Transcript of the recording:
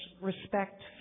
respect